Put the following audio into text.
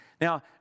Now